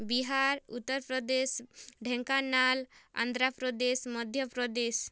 Bihar Uttar Pradesh Dhenkanal Andhra Pradesh Madhya Pradesh